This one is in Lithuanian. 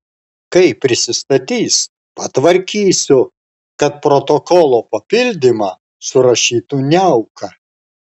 kai prisistatys patvarkysiu kad protokolo papildymą surašytų niauka